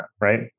right